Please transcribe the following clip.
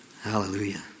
Hallelujah